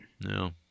No